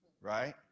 right